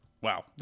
Wow